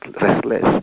restless